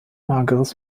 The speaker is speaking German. mageres